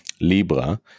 Libra